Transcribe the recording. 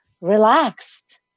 relaxed